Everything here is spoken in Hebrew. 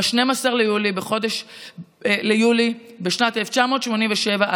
ב-12 ביולי בשנת 1987,